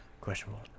Questionable